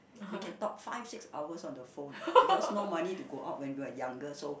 we can talk five six hours on the phone because no money to go out when we were younger so